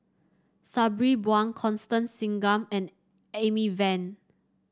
Sabri Buang Constance Singam and Amy Van